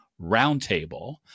Roundtable